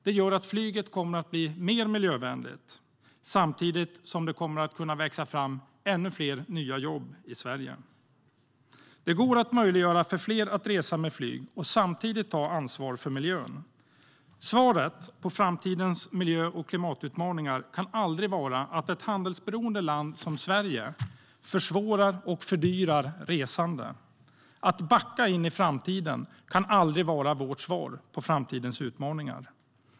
Det gör att flyget kommer att bli mer miljövänligt, samtidigt som det kommer att kunna växa fram ännu fler nya jobb i Sverige. Det går att möjliggöra för fler att resa med flyg och samtidigt ta ansvar för miljön. Svaret på framtidens miljö och klimatutmaningar kan aldrig vara att ett handelsberoende land som Sverige försvårar och fördyrar resande. Att backa in i framtiden kan aldrig vara vårt svar på framtidens utmaningar.